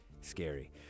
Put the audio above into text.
Scary